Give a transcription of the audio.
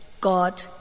God